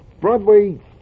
Broadway